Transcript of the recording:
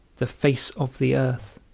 the face of the earth